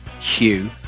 hugh